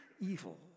evil